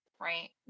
right